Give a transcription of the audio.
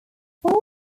final